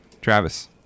Travis